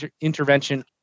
intervention